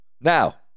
Now